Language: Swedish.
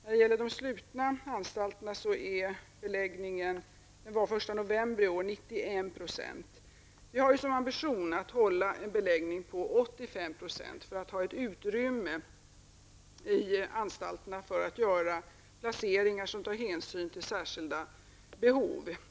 På de slutna anstalterna var beläggningen den 1 Vi har som ambition att hålla en beläggning på 85 % för att i anstalterna ha utrymme för placeringar som kräver hänsyn till särskilda behov.